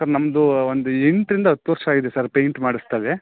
sir ನಮ್ದು ಒಂದು ಎಂಟರಿಂದ ಹತ್ತು ವರ್ಷ ಆಗಿದೆ ಸರ್ ಪೇಂಯ್ಟ್ ಮಾಡಿಸ್ದಾಗೆ